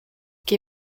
que